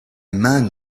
man